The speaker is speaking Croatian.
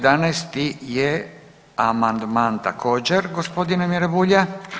11. je amandman također gospodina Mire Bulja.